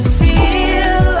feel